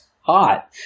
hot